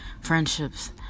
Friendships